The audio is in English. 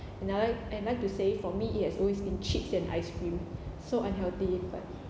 and I like I'd like to say for me it has always been chips and ice cream so unhealthy but